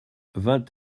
vingt